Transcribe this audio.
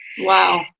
Wow